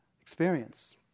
experience